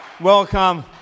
Welcome